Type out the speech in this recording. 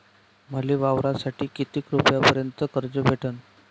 मले वावरासाठी किती रुपयापर्यंत कर्ज भेटन?